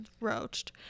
roached